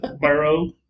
Burrow